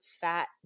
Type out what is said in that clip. fat